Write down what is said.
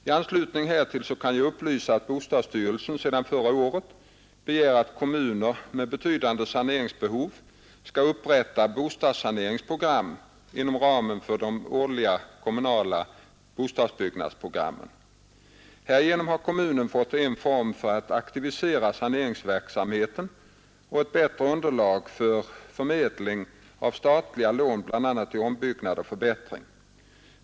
I anslutning härtill kan jag upplysa att bostadsstyrelsen sedan förra året begär att kommuner med betydande saneringsbehov skall upprätta bostadssaneringsprogram inom ramen för de årliga kommunala bostadsbyggnadsprogrammen. Härigenom har kommunen fått en form för att aktivera saneringsverksamhet och ett bättre underlag för förmedling av statliga lån bl.a. till ombyggnad och förbättring.